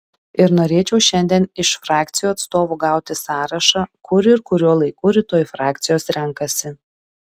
ir norėčiau šiandien iš frakcijų atstovų gauti sąrašą kur ir kuriuo laiku rytoj frakcijos renkasi